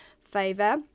favor